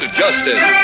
justice